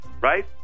Right